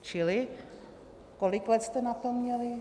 Čili kolik let jste na to měli?